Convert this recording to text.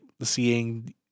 seeing